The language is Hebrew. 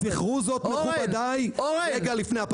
--- זכרו זאת מכובדי, רגע לפני הפגרה.